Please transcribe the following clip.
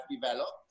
developed